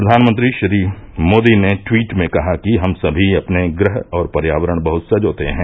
प्रधानमंत्री श्री मोदी ने ट्वीट में कहा कि हम सभी अपने ग्रह और पर्यावरण बहुत सजोर्ते हैं